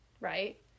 right